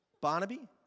Barnaby